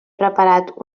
preparat